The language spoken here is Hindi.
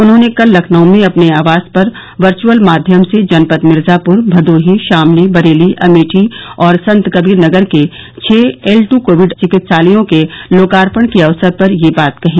उन्होंने कल लखनऊ में अपने आवास पर वर्च्अल माध्यम से जनपद मिर्जापुर भदोही शामली बरेली अमेठी और संतकबीर नगर के छह एल टू कोविड चिकित्सालयों के लोकार्पण के अवसर पर यह बात कही